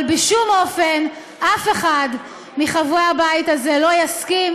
אבל בשום אופן אף אחד מחברי הבית הזה לא יסכים